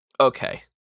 Okay